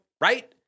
Right